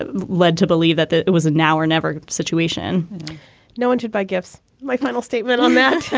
ah led to believe that that it was a now or never situation no one should buy gifts my final statement on that.